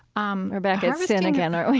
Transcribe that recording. um we're back at sin again, aren't we?